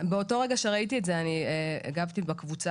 אבל באותו רגע שראיתי את זה אני הגבתי בקבוצה.